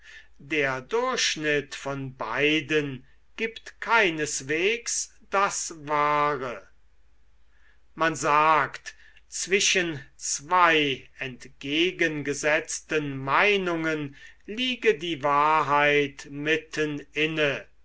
der durchschnitt von beiden gibt keineswegs das wahre man sagt zwischen zwei entgegengesetzten meinungen liege die wahrheit mitten inne